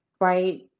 right